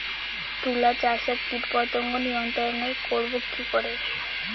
তুলা চাষে কীটপতঙ্গ নিয়ন্ত্রণর করব কি করে?